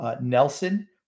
Nelson